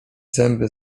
zęby